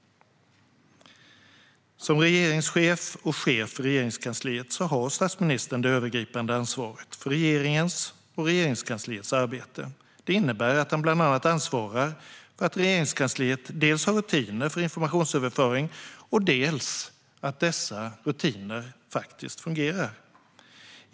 Som regeringschef och chef för Regeringskansliet har statsministern det övergripande ansvaret för regeringens och Regeringskansliets arbete. Detta innebär att han bland annat ansvarar dels för att Regeringskansliet har rutiner för informationsöverföring, dels för att dessa rutiner faktiskt fungerar.